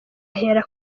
ahera